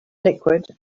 liquid